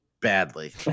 badly